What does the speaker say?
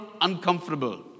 uncomfortable